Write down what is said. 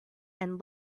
and